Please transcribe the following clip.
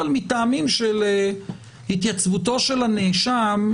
אבל מטעמים של התייצבותו של הנאשם,